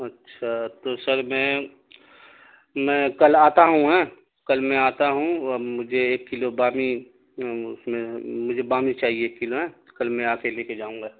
اچھا تو سر میں میں کل آتا ہوں ایں کل میں آتا ہوں اور مجھے ایک کلو بام اس میں مجھے بام چاہیے ایک کلو ایں کل میں آ کے لے کے جاؤں گا